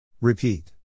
Repeat